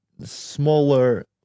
smaller